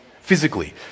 physically